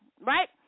Right